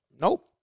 nope